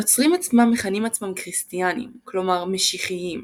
הנוצרים עצמם מכנים עצמם "כריסטיאנים" כלומר "משיחיים".